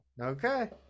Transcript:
Okay